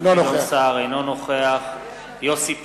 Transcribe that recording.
אינו נוכח יוסי פלד,